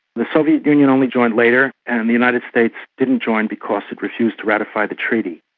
the soviet union only joined later, and the united states didn't join because it refused to ratify the treaty.